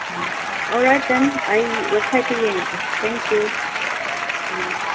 alright then ꯑꯩ ꯋꯦꯕꯁꯥꯏ꯭ꯇꯇ ꯌꯦꯡꯂꯒꯦ ꯊꯦꯡ ꯀ꯭ꯌꯨ